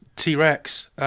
T-Rex